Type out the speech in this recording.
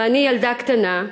ואני ילדה קטנה,